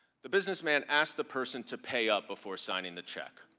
the businessman asks the person to pay up before signing the check.